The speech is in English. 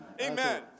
Amen